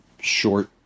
short